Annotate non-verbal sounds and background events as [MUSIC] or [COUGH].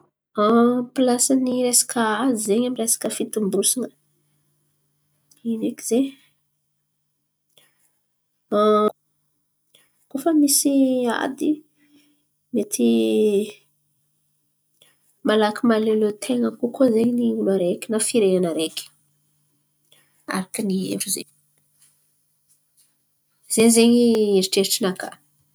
[HESITATION] Pilasy resaka azo izen̈y amy resaka fitombosan̈a. Ino eky izen̈y? [HESITATION] Koa fa misy ady mety malaky mahaleoleon-ten̈a kokoa izen̈y ny olo areky, na firenena areky, araka ny hevitry izen̈y, zen̈y zen̈y heritreritry nakà.